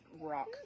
rock